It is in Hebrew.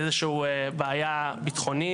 איזה שהיא בעיה ביטחונית,